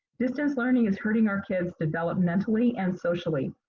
distance learning is hurting our kids developmentally and socially.